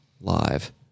live